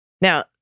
Now